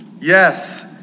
Yes